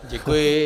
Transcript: Děkuji.